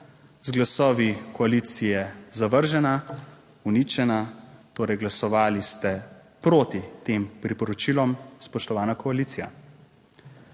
glasovi koalicije zavržena, uničena, torej glasovali ste proti tem priporočilom, spoštovana koalicija.